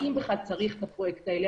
האם בכלל צריך את הפרויקט הזה?